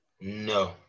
no